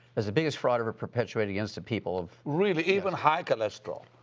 it's the biggest fraud ever perpetuated against the people of. really, even high cholesterol?